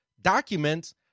documents